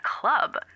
club